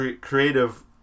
creative